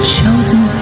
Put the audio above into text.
chosen